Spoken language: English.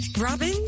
Robin